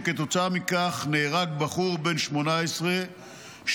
וכתוצאה מכך נהרג בחור בן 18 שהושלך